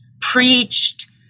preached